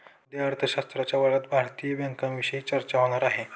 उद्या अर्थशास्त्राच्या वर्गात भारतीय बँकांविषयी चर्चा होणार आहे